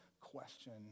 question